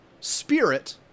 spirit